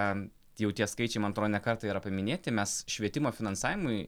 a jau tie skaičiai man atro ne kartą yra paminėti mes švietimo finansavimui